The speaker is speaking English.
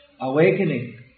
awakening